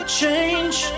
change